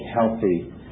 healthy